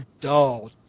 dull